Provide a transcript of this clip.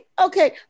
okay